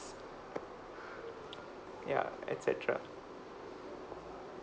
ya et cetera